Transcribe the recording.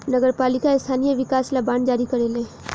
नगर पालिका स्थानीय विकास ला बांड जारी करेले